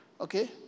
okay